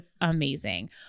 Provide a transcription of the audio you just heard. amazing